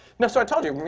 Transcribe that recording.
now, so i told you,